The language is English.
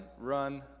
run